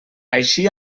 així